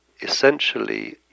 essentially